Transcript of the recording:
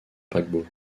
paquebot